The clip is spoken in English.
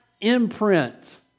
imprint